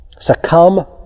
succumb